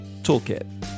toolkit